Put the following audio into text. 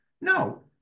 No